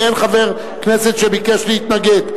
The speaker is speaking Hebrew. כי אין חבר כנסת שביקש להתנגד.